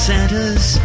Santa's